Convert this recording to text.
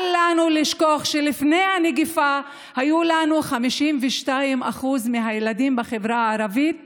אל לנו לשכוח שלפני המגפה היו לנו 52% מהילדים בחברה הערבית